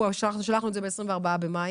שלחנו את זה ב-24 במאי.